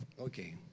Okay